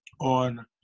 on